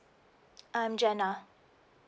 I am jenna